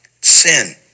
sin